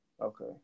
Okay